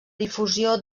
difusió